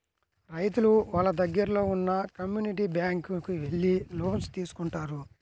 రైతులు వాళ్ళ దగ్గరలో ఉన్న కమ్యూనిటీ బ్యాంక్ కు వెళ్లి లోన్స్ తీసుకుంటారు